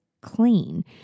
clean